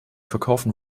verkaufen